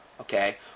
okay